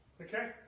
Okay